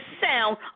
sound